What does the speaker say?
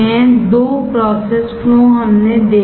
दो process flow हमने देखे हैं